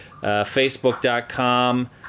Facebook.com